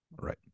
Right